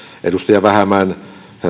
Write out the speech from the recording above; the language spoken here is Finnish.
edustaja vähämäen